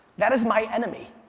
that is my enemy.